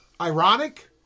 ironic